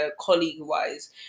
colleague-wise